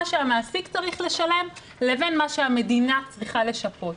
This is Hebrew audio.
שהמעסיק צריך לשלם לבין מה שהמדינה צריכה לשפות.